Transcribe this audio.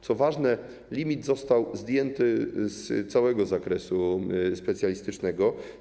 Co ważne, limit został zdjęty z całego zakresu specjalistycznego.